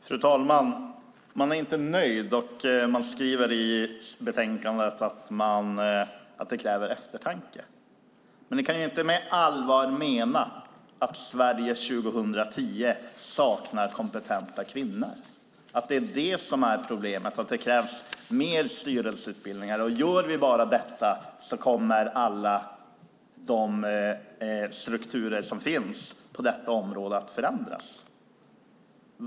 Fru talman! Man är inte nöjd, och man skriver i betänkandet att det krävs eftertanke. Men ni kan inte på allvar mena att problemet är att Sverige nu, år 2010, saknar kompetenta kvinnor och att det krävs mer styrelseutbildningar - att bara vi åstadkommer detta kommer alla strukturer på området att förändras.